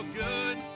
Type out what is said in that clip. good